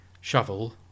shovel